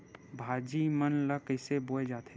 भाजी मन ला कइसे बोए जाथे?